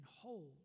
hold